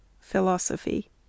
Philosophy